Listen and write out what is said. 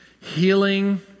healing